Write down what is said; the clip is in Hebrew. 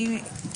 אם